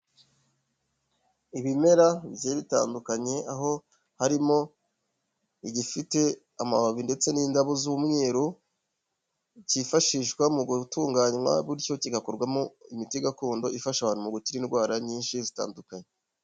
Ibimera bigiye bitandukanye aho harimo igifite amababi ndetse n'indabo z'umweru, cyifashishwa mu gutunganywa bityo kigakorwarwamo imiti gakondo ifasha abantu mu gukira indwara nyinshi zitandukanye